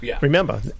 Remember